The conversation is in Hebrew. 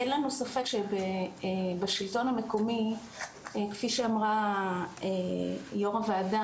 אין לנו ספק שבשלטון המקומי כפי שאמרה יו"ר הוועדה,